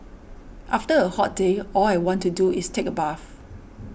after a hot day all I want to do is take a bath